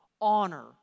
Honor